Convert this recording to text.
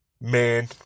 Man